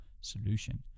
solution